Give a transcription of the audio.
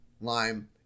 lime